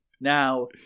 Now